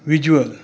visual